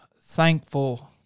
thankful